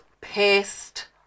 pissed